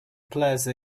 plaza